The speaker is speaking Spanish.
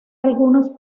algunos